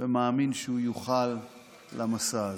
ומאמין שהוא יוכל למשא הזה.